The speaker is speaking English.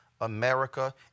America